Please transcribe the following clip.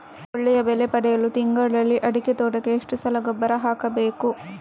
ಒಳ್ಳೆಯ ಬೆಲೆ ಪಡೆಯಲು ತಿಂಗಳಲ್ಲಿ ಅಡಿಕೆ ತೋಟಕ್ಕೆ ಎಷ್ಟು ಸಲ ಗೊಬ್ಬರ ಹಾಕಬೇಕು?